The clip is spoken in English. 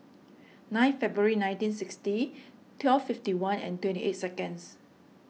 nine February nineteen sixty twelve fifty one and twenty eight seconds